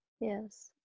Yes